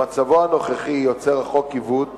במצבו הנוכחי, יוצר החוק עיוות